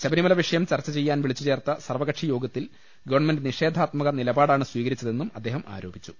ശബരിമല വിഷയം ചർച്ച ചെയ്യാൻ വിളിച്ചുചേർത്ത സർവ്വകക്ഷിയോഗത്തിൽ ഗവൺമെന്റ് നിഷേധാത്മക നിലപാടാണ് സ്വീകരിച്ചതെന്നും അദ്ദേഹം ആരോപിച്ചു